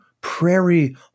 prairie